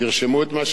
היום הגירעון הוא,